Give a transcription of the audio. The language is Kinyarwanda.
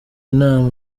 inama